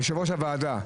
יושב-ראש הוועדה,